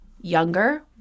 Younger